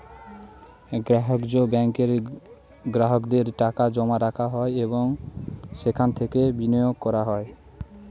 ব্যবহার্য ব্যাঙ্কে গ্রাহকদের টাকা জমা রাখা হয় এবং সেখান থেকে বিনিয়োগ করা হয়